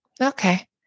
okay